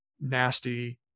nasty